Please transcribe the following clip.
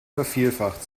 vervielfacht